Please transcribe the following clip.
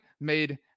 made